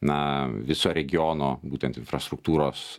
na viso regiono būtent infrastruktūros